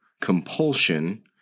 compulsion